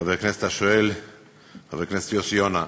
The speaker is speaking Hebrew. חבר הכנסת השואל יוסי יונה,